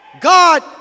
God